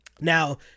Now